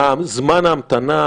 זמן ההמתנה,